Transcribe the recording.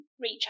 reach